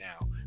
now